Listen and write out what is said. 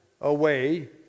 away